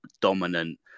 dominant